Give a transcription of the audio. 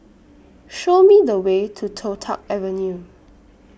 Show Me The Way to Toh Tuck Avenue